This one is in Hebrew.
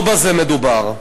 לא בזה מדובר.